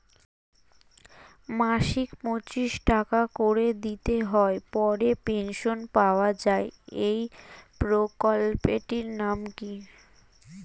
মাসিক পঁচিশ টাকা করে দিতে হয় পরে পেনশন পাওয়া যায় এই প্রকল্পে টির নাম কি?